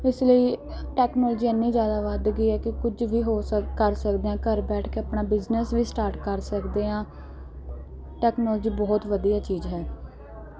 ਇਸ ਲਈ ਟੈਕਨੋਲਜੀ ਇੰਨੀ ਜ਼ਿਆਦਾ ਵੱਧ ਗਈ ਹੈ ਕਿ ਕੁਝ ਵੀ ਹੋ ਸਕ ਕਰ ਸਕਦੇ ਹਾਂ ਘਰ ਬੈਠ ਕੇ ਆਪਣਾ ਬਿਜ਼ਨਸ ਵੀ ਸਟਾਰਟ ਕਰ ਸਕਦੇ ਹਾਂ ਟੈਕਨੋਲੋਜੀ ਬਹੁਤ ਵਧੀਆ ਚੀਜ਼ ਹੈ